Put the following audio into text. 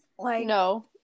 No